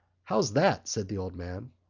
how's that? said the old man.